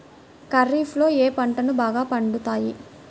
ఖరీఫ్లో ఏ పంటలు బాగా పండుతాయి?